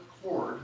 cord